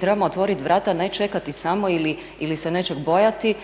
Trebamo otvoriti vrata a ne čekati samo ili se nečeg bojati